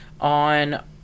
on